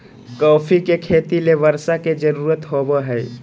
coffee के खेती ले बर्षा के जरुरत होबो हइ